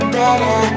better